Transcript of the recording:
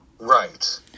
Right